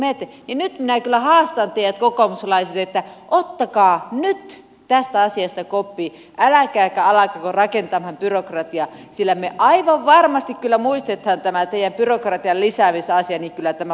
nyt minä kyllä haastan teidät kokoomuslaiset että ottakaa nyt tästä asiasta koppi älkääkä alkako rakentamaan byrokratiaa sillä me aivan varmasti kyllä muistamme tämän teidän byrokratian lisäämisasian tämän vaalikauden loppuun asti